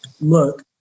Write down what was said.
look